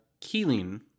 Keeling